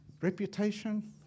Reputation